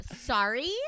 sorry